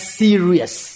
serious